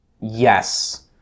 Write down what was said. Yes